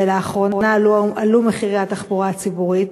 ולאחרונה עלו מחירי התחבורה הציבורית.